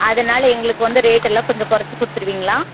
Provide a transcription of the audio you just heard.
அதனால் எங்களுக்கு வந்து ரேட்டு எல்லாம் கொஞ்சம் குறச்சு கொடுத்துருவீங்களா